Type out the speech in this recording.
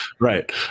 Right